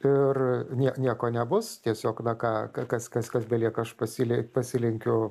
ir nie nieko nebus tiesiog na ką kas kas kas belieka aš pasilie pasilenkiu